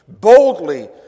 Boldly